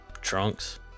trunks